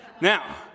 Now